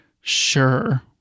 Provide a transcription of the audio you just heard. sure